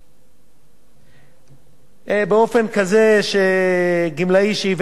באופן כזה שגמלאי שהיוון את הקצבה כאמור והגיע לגיל 65